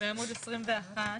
בעמוד 22,